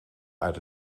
uit